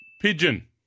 Pigeon